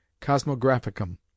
Cosmographicum